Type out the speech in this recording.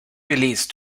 released